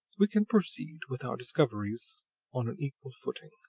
we can proceed with our discoveries on an equal footing.